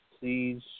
please